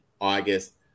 August